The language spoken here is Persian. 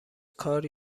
کار